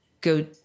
go